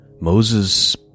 Moses